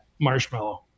marshmallow